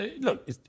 look